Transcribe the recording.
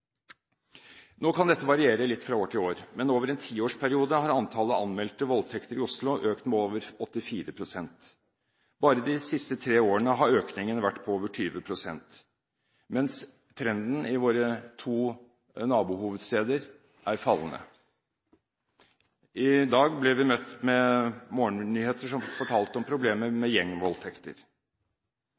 Nå kan dette variere litt fra år til år, men over en tiårsperiode har antallet anmeldte voldtekter i Oslo økt med over 84 pst. Bare de siste tre årene har økningen vært på over 20 pst., mens trenden i våre to nabohovedsteder er fallende prosenttall. I dag ble vi møtt med morgennyheter som fortalte om problemet gjengvoldtekter.